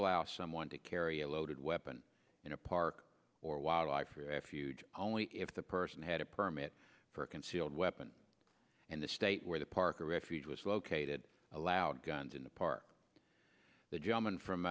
allow someone to carry a loaded weapon in a park or wildlife refuge only if the person had a permit for a concealed weapon and the state where the park or refuge was located allowed guns in the park the ge